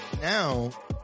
now